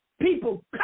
People